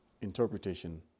interpretation